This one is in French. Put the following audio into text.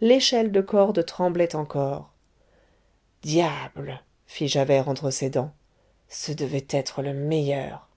l'échelle de corde tremblait encore diable fit javert entre ses dents ce devait être le meilleur